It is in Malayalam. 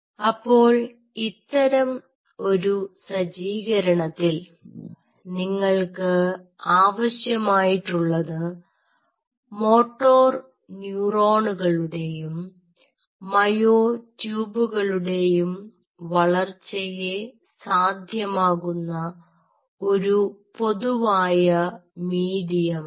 അപ്പോൾ ഇത്തരം ഒരു സജ്ജീകരണത്തിൽ നിങ്ങൾക്ക് ആവശ്യമായിട്ടുള്ളത് മോട്ടോർ ന്യൂറോണുകളുടെയും മയോ ട്യൂബുകളുടെയും വളർച്ചയെ സാധ്യമാകുന്ന ഒരു പൊതുവായ മീഡിയമാണ്